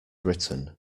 written